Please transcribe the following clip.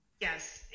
Yes